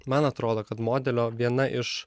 man atrodo kad modelio viena iš